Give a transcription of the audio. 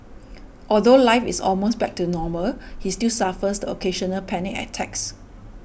although life is almost back to normal he still suffers occasional panic attacks